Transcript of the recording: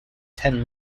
ten